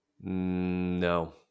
No